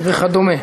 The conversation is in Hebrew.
וכדומה.